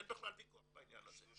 אין בכלל ויכוח בעניין הזה.